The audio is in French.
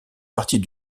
partie